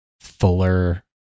fuller